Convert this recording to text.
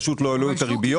פשוט לא העלו את הריביות.